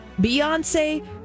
beyonce